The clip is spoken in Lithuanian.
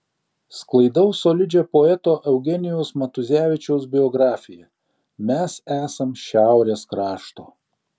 sklaidau solidžią poeto eugenijaus matuzevičiaus biografiją mes esam šiaurės krašto